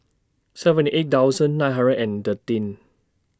seventy eight thousand nine hundred and thirteen